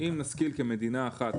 אם נסכים כמדינה אחת,